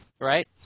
right